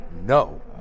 No